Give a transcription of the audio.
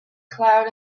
cloud